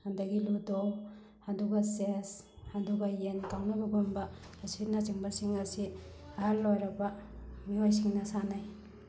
ꯑꯗꯒꯤ ꯂꯨꯗꯣ ꯑꯗꯨꯒ ꯆꯦꯁ ꯑꯗꯨꯒ ꯌꯦꯟ ꯀꯥꯎꯅꯕꯒꯨꯝꯕ ꯑꯁꯤꯅ ꯆꯤꯡꯕꯁꯤꯡ ꯑꯁꯤ ꯑꯍꯜ ꯑꯣꯏꯔꯕ ꯃꯤꯑꯣꯏꯁꯤꯡꯅ ꯁꯥꯟꯅꯩ